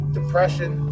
depression